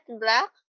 black